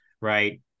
right